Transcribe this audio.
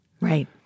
Right